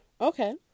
Okay